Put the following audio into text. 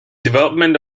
development